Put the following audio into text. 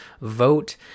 vote